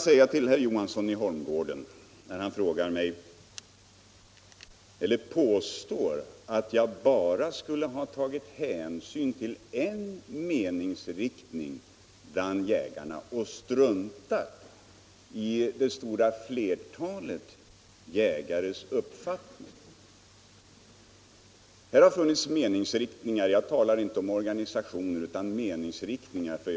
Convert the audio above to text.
Herr Johansson i Holmgården påstår att jag skulle ha tagit hänsyn bara till en meningsriktning bland jägarna och struntat i det stora flertalet jägares uppfattning. Det har funnits flera meningsriktningar. Jag talar inte om organisationer utan om meningsriktningar.